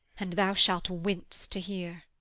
and thou shalt wince to hear.